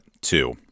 Two